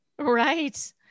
Right